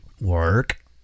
Work